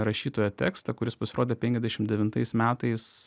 rašytojo tekstą kuris pasirodė penkiasdešim devintais metais